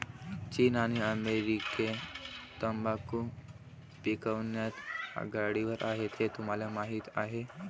चीन आणि अमेरिका तंबाखू पिकवण्यात आघाडीवर आहेत हे तुम्हाला माहीत आहे